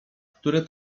które